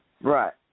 Right